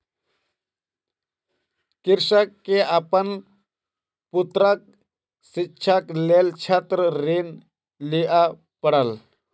कृषक के अपन पुत्रक शिक्षाक लेल छात्र ऋण लिअ पड़ल